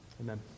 Amen